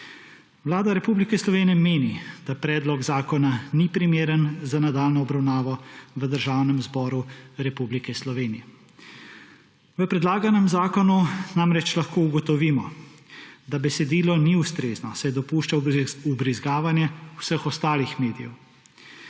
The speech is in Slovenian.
Vlada Republike Slovenije meni, da predlog zakona ni primeren za nadaljnjo obravnavo v Državnem zboru Republike Slovenije. V predlaganem zakonu namreč lahko ugotovimo, da besedilo ni ustrezno, saj dopušča vbrizgavanje vseh ostalih medijev.